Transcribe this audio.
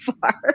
far